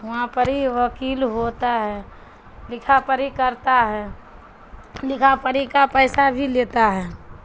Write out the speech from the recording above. وہاں پر ہی وکیل ہوتا ہے لکھا پی کرتا ہے لکھا پری کا پیسہ بھی لیتا ہے